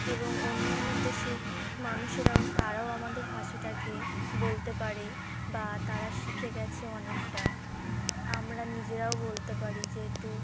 এবং অন্য অন্য দেশের মানুষেরাও তারাও আমাদের ভাষাটাকে বলতে পারে বা তারা শিখে গেছে অনেকটা আমরা নিজেরাও বলতে পারি যেহেতু